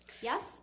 Yes